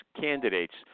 candidates